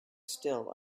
still